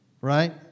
right